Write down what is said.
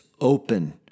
Open